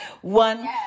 one